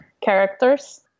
characters